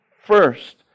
first